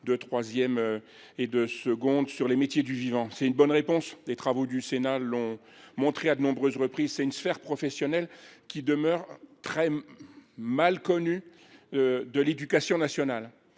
de troisième et de seconde sur les métiers du vivant. Il s’agit d’une bonne réponse, comme les travaux du Sénat l’ont montré à de nombreuses reprises. C’est en effet une sphère professionnelle qui demeure très mal connue de l’éducation nationale,